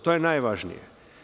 To je najvažnije.